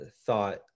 thought